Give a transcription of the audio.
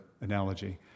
analogy